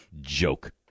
joke